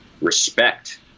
respect